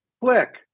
click